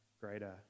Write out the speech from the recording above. greater